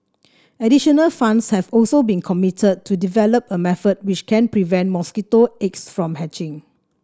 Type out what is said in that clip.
additional funds have also been committed to develop a method which can prevent mosquito eggs from hatching